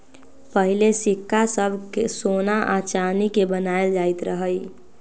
पहिले सिक्का सभ सोना आऽ चानी के बनाएल जाइत रहइ